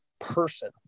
person